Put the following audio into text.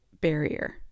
barrier